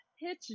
pitch